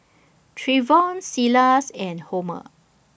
Treyvon Silas and Homer